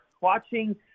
Watching